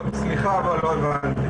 סליחה, אבל לא הבנתי